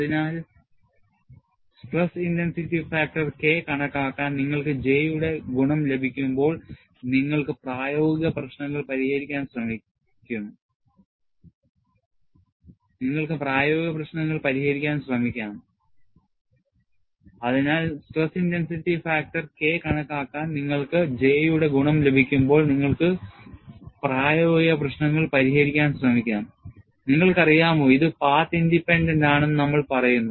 അതിനാൽ സമ്മർദ്ദ തീവ്രത ഘടകം K കണക്കാക്കാൻ നിങ്ങൾക്ക് J യുടെ ഗുണം ലഭിക്കുമ്പോൾ നിങ്ങൾക്ക് പ്രായോഗിക പ്രശ്നങ്ങൾ പരിഹരിക്കാൻ ശ്രമിക്കാം നിങ്ങൾക്കറിയാമോ ഇത് പാത്ത് ഇൻഡിപെൻഡന്റ് ആണെന്ന് നമ്മൾ പറയുന്നു